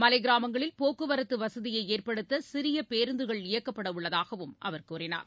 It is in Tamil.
மலைக்கிராமங்களில் போக்குவரத்துவசதியைஏற்படுத்தசிறியபேருந்துகள் இயக்கப்படவுள்ளதாகவும் அவர் கூறினார்